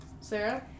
Sarah